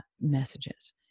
messages